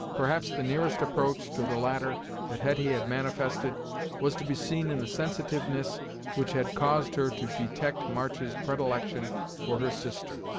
perhaps the nearest approach to the latter that hetty had manifested was to be seen in the sensitiveness which had caused her to detect march's predilection for her sister,